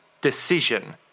decision